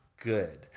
good